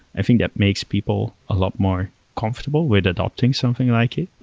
i think that makes people a lot more comfortable with adapting something like it.